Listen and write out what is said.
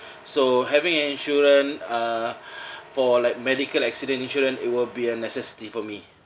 so having an insurance uh for like medical accident insurance it will be a necessity for me